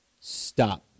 Stop